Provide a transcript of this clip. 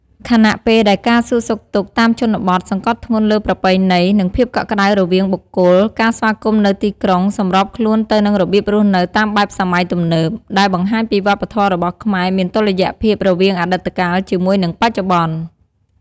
ខណៈពេលដែលការសួរសុខទុក្ខតាមជនបទសង្កត់ធ្ងន់លើប្រពៃណី និងភាពកក់ក្តៅរវាងបុគ្គល ការស្វាគមន៍នៅទីក្រុងសម្របខ្លួនទៅនឹងរបៀបរស់នៅតាមបែបសម័យទំនើប ដែលបង្ហាញពីវប្បធម៌របស់ខ្មែរមានតុល្យភាពរវាងអតីតកាលជាមួយនឹងបច្ចុប្បន្ន។